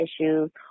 issues